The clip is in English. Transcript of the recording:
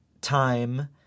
time